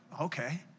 okay